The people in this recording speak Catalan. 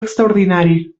extraordinari